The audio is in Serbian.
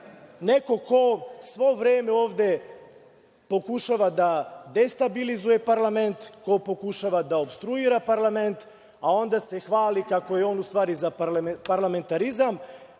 neko ko sve vreme ovde pokušava da destabilizuje parlament, ko pokušava da opstruira parlament, a onda se hvali kako je on u stvari za parlamentarizam,